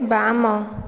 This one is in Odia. ବାମ